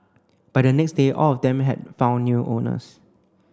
by the next day all of them had found new owners